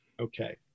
Okay